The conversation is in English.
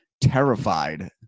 terrified